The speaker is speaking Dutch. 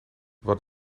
wat